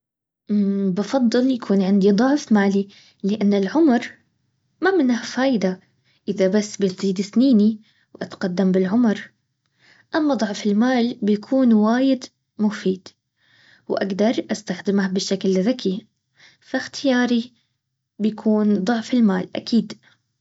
بفضل يكون عندي ضعف مالي لان العمر ما منه فايدة اذا بس بيزيد سنيني اتقدم بالعمر اما ضعف المال بيكون وايد مفيد واقدر استخدمه بشكل ذكي فاختياري بيكون ضعف المال اكيد